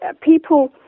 people